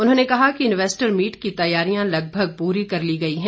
उन्होंने कहा कि इन्वेस्टर मीट की तैयारियां लगभग पूरी कर ली गई हैं